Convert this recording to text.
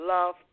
Love